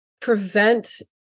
prevent